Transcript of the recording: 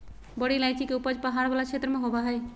बड़ी इलायची के उपज पहाड़ वाला क्षेत्र में होबा हइ